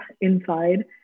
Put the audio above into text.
inside